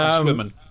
swimming